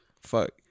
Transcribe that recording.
Fuck